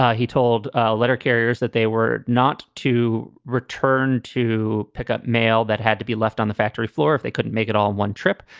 ah he told letter carriers that they were not to return to pick up mail that had to be left on the factory floor if they couldn't make it all one trip.